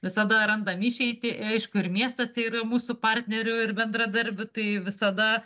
visada randam išeitį aišku ir miestuose yra mūsų partnerių ir bendradarbių tai visada